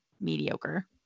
mediocre